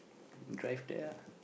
drive there ah